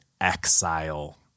exile